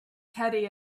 teddy